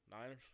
Niners